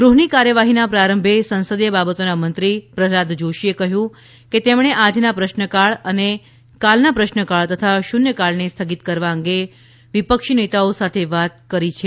ગૃહની કાર્યવાહીના પ્રારંભે સંસદીય બાબતોના મંત્રી પહલાદ જોષીએ કહ્યું કે તેમણે આજના પ્રશ્નકાળ અને કાલના પ્રશ્નકાળ તથા શૂન્યકાળને સ્થગિત કરવા અંગે વિપક્ષી નેતાઓ સાથે વાત કરી લીધી છે